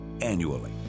annually